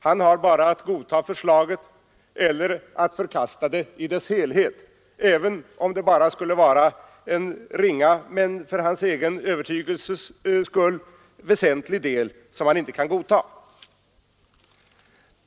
Han har bara att godta förslaget eller att förkasta det i dess helhet, även om det bara skulle vara en ringa men för hans egen övertygelses skull väsentlig del som han inte kan godta.